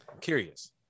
Curious